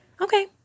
okay